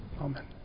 Amen